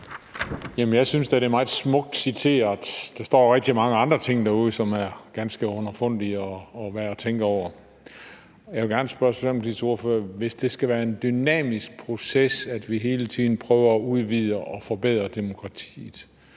Jeg synes da, det er meget smukt citeret. Der står rigtig mange andre ting derude, som er ganske underfundige og værd at tænke over. Jeg vil gerne spørge Socialdemokratiets ordfører: Hvis det skal være en dynamisk proces, at vi hele tiden prøver at udvide og forbedre demokratiet,